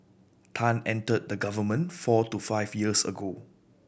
tan entered the government four to five years ago